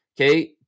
Okay